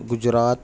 Gujarat